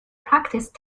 practice